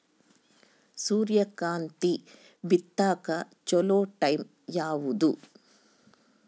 ಸೂರ್ಯಕಾಂತಿ ಬಿತ್ತಕ ಚೋಲೊ ಟೈಂ ಯಾವುದು?